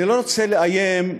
אני לא רוצה לאיים,